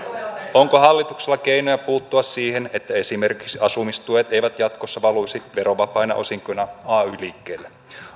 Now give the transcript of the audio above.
onko hallituksella keinoja puuttua siihen että esimerkiksi asumistuet eivät jatkossa valuisi verovapaina osinkoina ay liikkeille